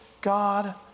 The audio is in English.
God